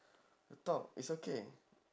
talk is okay